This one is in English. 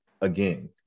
again